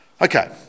Okay